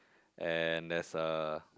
and there's a